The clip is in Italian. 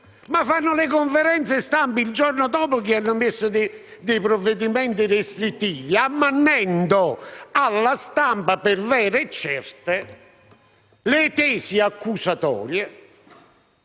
ma fanno le conferenze stampa il giorno successivo a quello in cui hanno emesso provvedimenti restrittivi, ammannendo alla stampa per vere e certe le tesi accusatorie,